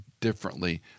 differently